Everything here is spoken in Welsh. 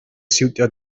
siwtio